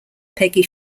peggy